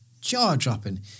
jaw-dropping